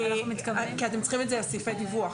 אתם צריכים את זה לסעיפי דיווח.